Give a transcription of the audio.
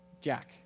Jack